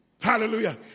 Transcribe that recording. Hallelujah